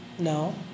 No